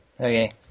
Okay